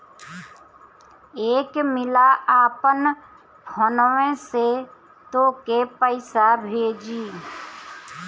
एक मिला आपन फोन्वे से तोके पइसा भेजी